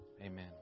Amen